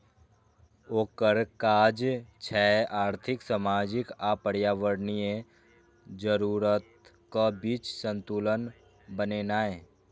ओकर काज छै आर्थिक, सामाजिक आ पर्यावरणीय जरूरतक बीच संतुलन बनेनाय